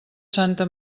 santa